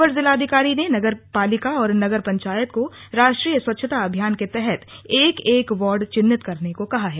अपर जिलाधिकारी ने नगर पालिका और नगर पंचायत को राष्ट्रीय स्वच्छता अभियान के तहत एक एक वार्ड चिन्हित करने को कहा है